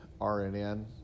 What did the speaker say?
RNN